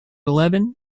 eleven